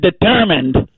determined